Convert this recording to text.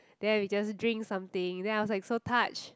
there we just drink something then I was like so touch